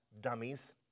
dummies